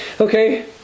Okay